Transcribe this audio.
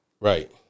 Right